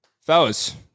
fellas